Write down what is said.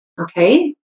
Okay